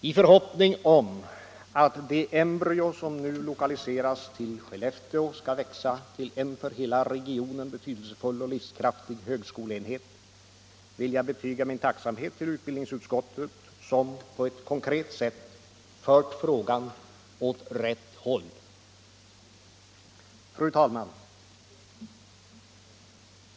I förhoppning om att det embryo som nu lokaliseras till Skellefteå skall växa till en för hela regionen betydelsefull och livskraftig högskoleenhet, vill jag betyga min tacksamhet till utbildningsutskottet som ändå på ett konkret sätt fört frågan åt rätt håll. Herr talman!